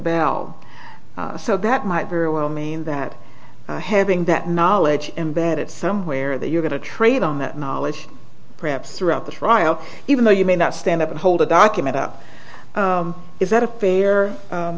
bell so that might very well mean that having that knowledge embedded somewhere that you're going to trade on that knowledge perhaps throughout the trial even though you may not stand up and hold a document up is that a fear